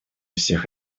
всех